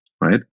right